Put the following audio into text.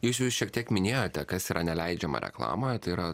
jūs jau šiek tiek minėjote kas yra neleidžiama reklamoje tai yra